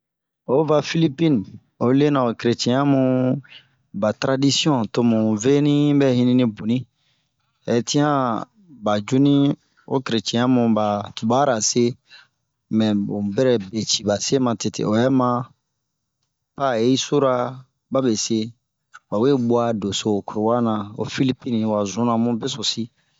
Oyi va filipine, oyi lena kereiɛn yamuh ,to mu veni bɛ hini boni. Hɛtin a ba yu ri keretiɛn yamu ba tubara se. mɛ mu bɛrɛ be ciba se matete obɛ ma a oyi sura ba be se .ba we gua deso ho kura wa ho filipine wa zuna bun beso si.